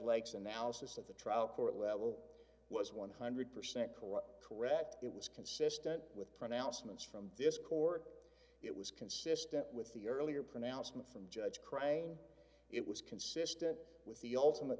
lake's analysis of the trial court level was one hundred percent correct correct it was consistent with pronouncements from this court it was consistent with the earlier pronouncement from judge crane it was consistent with the ultimate